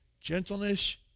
gentleness